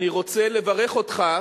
אני רוצה לברך אותך